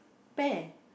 pear